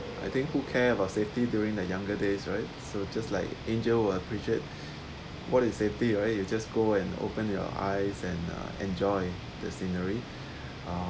I think who care about safety during the younger days right so just like angel will appreciate what is safety right you just go and open your eyes and enjoy the scenery um